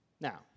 Now